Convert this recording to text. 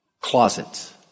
closets